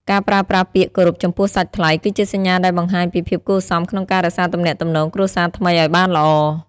ការប្រើប្រាស់ពាក្យគោរពចំពោះសាច់ថ្លៃ គឺជាសញ្ញាដែលបង្ហាញពីភាពគួរសមក្នុងការរក្សាទំនាក់ទំនងគ្រួសារថ្មីឱ្យបានល្អ។